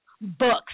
books